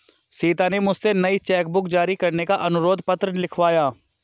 सीता ने मुझसे नई चेक बुक जारी करने का अनुरोध पत्र लिखवाया